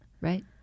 Right